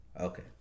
Okay